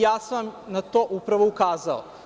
Ja sam vam na to upravo ukazao.